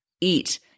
eat